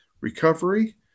recovery